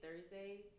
Thursday